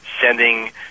sending